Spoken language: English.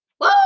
Woo